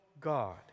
God